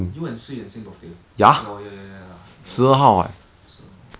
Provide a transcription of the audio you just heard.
you and si yuan same birthday oh ya ya ya ya that one 十二号